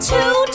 Two